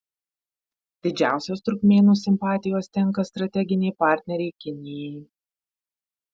didžiausios turkmėnų simpatijos tenka strateginei partnerei kinijai